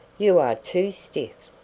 you are too stiff.